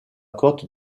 côte